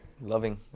loving